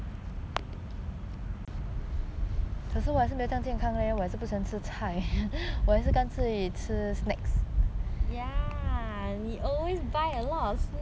ya 你 always buy a lot of snacks one lah 每次吃